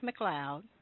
McLeod